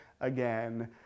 again